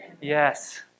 Yes